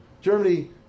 Germany